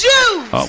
Jews